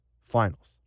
finals